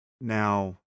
now